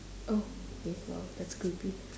oh okay !wow! that's creepy